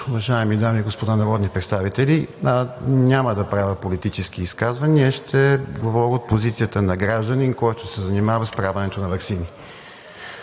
уважаеми дами и господа народни представители! Няма да правя политически изказвания, а ще говоря от позицията на гражданин, който се занимава с правенето на ваксини.